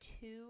two